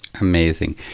Amazing